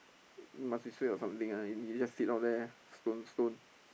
he must be suay or something ah he just sit down there stone stone